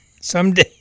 Someday